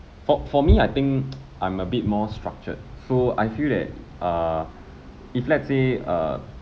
for for me I think I'm a bit more structured so I feel that err if let's say uh